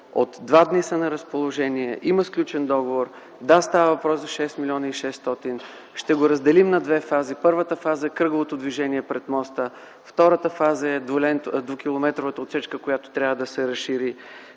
от два дни са на разположение, има сключен договор. Да, става въпрос за 6 млн. 600 хил. лв. Ще ги разделим на две фази. Първата фаза е кръговото движение пред моста, втората фаза е двукилометровата отсечка, която трябва да се разшири.